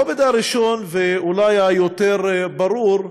הרובד הראשון, ואולי היותר-ברור: